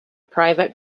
private